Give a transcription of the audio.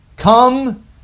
Come